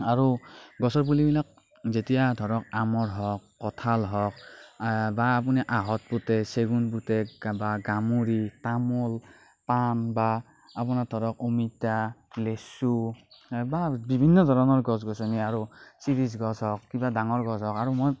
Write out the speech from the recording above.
আৰু গছৰ পুলিবিলাক যেতিয়া ধৰক আমৰ হওক কঁঠাল হওক বা আপুনি আহঁত পোতে চেগুণ পোতে বা গামোৰি তামোল পাণ বা আপোনাৰ ধৰক অমিতা লেচু নাইবা বিভিন্ন ধৰণৰ গছ গছনি আৰু শিৰীষ গছ হওক কিবা ডাঙৰ গছ হওক আৰু মই